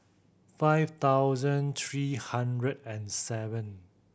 five thousand three hundred and seven